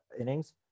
innings